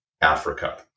Africa